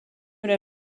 l’a